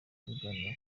tuganira